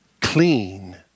clean